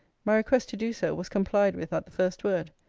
my request to do so, was complied with at the first word.